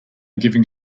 giving